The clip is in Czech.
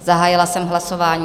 Zahájila jsem hlasování.